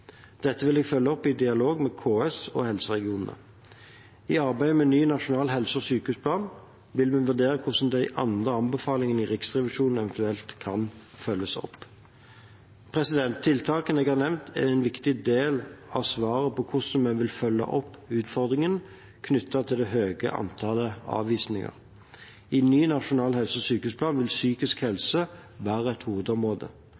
Dette vil jeg følge opp i dialog med KS og helseregionene. I arbeidet med ny Nasjonal helse- og sykehusplan vil vi vurdere hvordan de andre anbefalingene fra Riksrevisjonen eventuelt kan følges opp. Tiltakene jeg har nevnt, er en viktig del av svaret på hvordan vi vil følge opp utfordringene knyttet til det høye antallet avvisninger. I ny Nasjonal helse- og sykehusplan vil psykisk